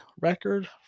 record